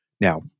Now